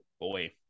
boy